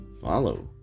follow